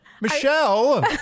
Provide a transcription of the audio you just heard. Michelle